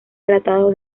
tratado